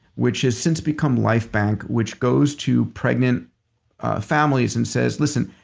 which has since become life bank, which goes to pregnant families and says, listen.